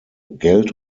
geld